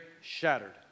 shattered